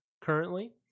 currently